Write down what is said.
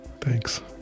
Thanks